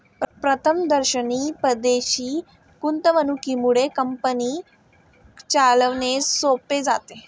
प्रथमदर्शनी परदेशी गुंतवणुकीमुळे कंपनी चालवणे सोपे जाते